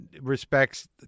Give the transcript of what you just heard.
respects